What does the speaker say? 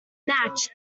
match